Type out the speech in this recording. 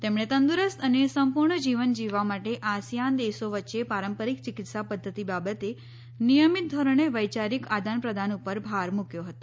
તેમણે તંદુરસ્ત અને સંપૂર્ણ જીવન જીવવા માટે આસિયાન દેશો વચ્ચે પારંપારીક ચિકિત્સા પધ્ધતિ બાબતે નિયમિત ધોરણે વૈયારીક આદાન પ્રદાન ઉપર ભાર મૂક્યો હતો